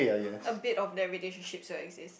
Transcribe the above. a bit of their relationships still exist